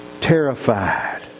terrified